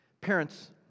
Parents